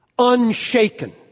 unshaken